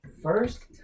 First